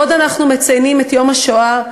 בעוד אנו מציינים את יום השואה,